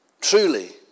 Truly